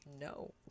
No